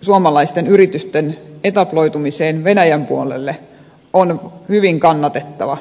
suomalaisten yritysten etabloitumiseen venäjän puolelle on hyvin kannatettava asia